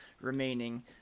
remaining